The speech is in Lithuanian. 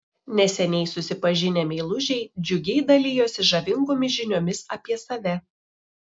neseniai susipažinę meilužiai džiugiai dalijosi žavingomis žiniomis apie save